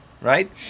right